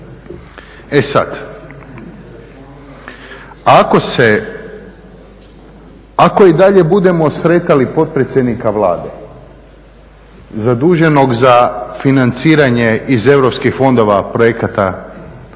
E sad, ako i dalje budemo sretali potpredsjednika Vlade zaduženog za financiranje iz europskih fondova projekata